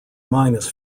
minus